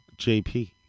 JP